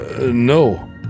No